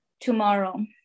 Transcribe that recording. tomorrow